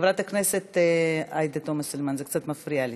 חברת הכנסת עאידה תומא סלימאן, זה קצת מפריע לי.